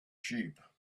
sheep